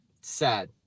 Sad